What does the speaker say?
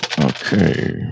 Okay